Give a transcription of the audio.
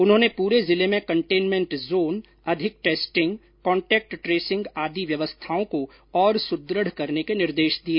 उन्होंने पूरे जिले में कंटेनमेंट जोन अधिक टेस्टिंग कॉन्टेक्ट ट्रेसिंग आदि व्यवस्थाओं को और सुदृढ़ करने के निर्देश दिए